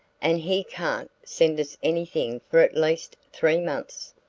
and he can't send us anything for at least three months.